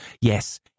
yes